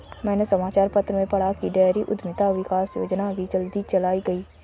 मैंने समाचार पत्र में पढ़ा की डेयरी उधमिता विकास योजना अभी जल्दी चलाई गई है